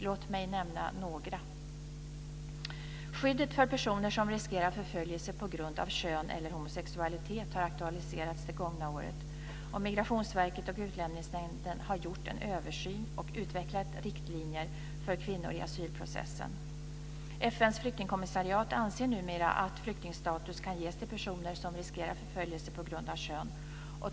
Låt mig nämna några: · Skyddet för personer som riskerar förföljelse på grund av kön eller homosexualitet har aktualiserats under det gångna året. Migrationsverket och Utlänningsnämnden har gjort en översyn och utvecklat riktlinjer för kvinnor i asylprocessen. FN:s flyktingkommissariat anser numera att flyktingstatus kan ges till personer som riskerar förföljelse på grund av kön.